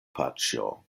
paĉjo